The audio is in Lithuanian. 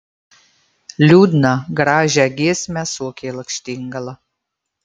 liūdną gražią giesmę suokė lakštingala